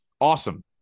awesome